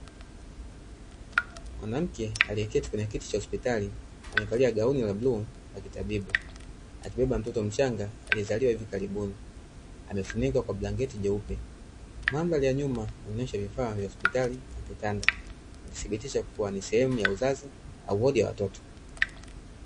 Mwanamke aliyeketi kwenye kiti cha hospitali, amevalia gauni la bluu la kitabibu, akibeba mtoto mchanga aliyezaliwa hivi karibuni, amefunikwa kwa blanketi jeupe, madhari ya nyuma inaonesha vifaa vya hospitali na kitanda, ikithibitisha kuwa ni sehemu ya uzazi au wodi ya watoto.